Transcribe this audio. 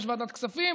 יש ועדת כספים,